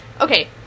Okay